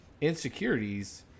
insecurities